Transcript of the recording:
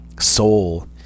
soul